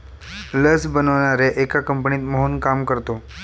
लस बनवणाऱ्या एका कंपनीत मोहन काम करतो